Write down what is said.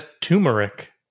turmeric